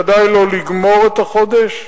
ובוודאי לא לגמור את החודש,